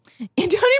Antonio